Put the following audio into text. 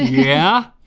yeah.